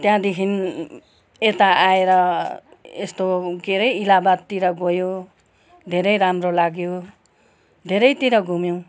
त्यहाँदेखि यता आएर यस्तो के रे इलाहाबादतिर गयो धेरै राम्रो लाग्यो धेरैतिर घुम्यौँ